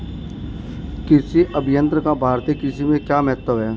कृषि अभियंत्रण का भारतीय कृषि में क्या महत्व है?